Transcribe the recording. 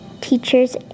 teachers